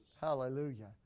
Hallelujah